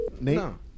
No